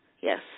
Yes